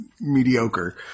mediocre